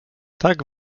tak